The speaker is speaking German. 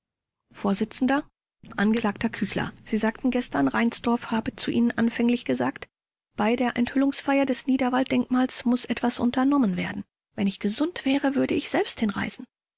vors angeklagter küchler sie sagten gestern reinsdorf habe zu ihnen anfänglich gesagt bei der enthüllungsfeier des niederwalddenkmals muß etwas unternommen werden wenn ich gesund wäre würde ich selbst hinreisen